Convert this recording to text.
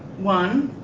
one,